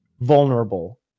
vulnerable